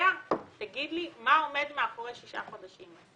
תגיד לי מה עומד מאחורי שישה חודשים.